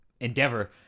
endeavor